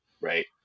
right